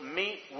meet